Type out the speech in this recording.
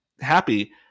happy